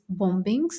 bombings